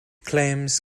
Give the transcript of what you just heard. claims